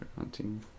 hunting